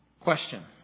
Question